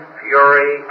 fury